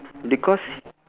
because